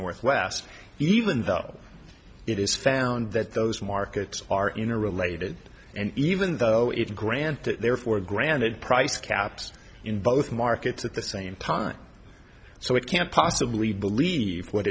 northwest even though it is found that those markets are in a related and even though it granted therefore granted price caps in both markets at the same time so it can't possibly believe what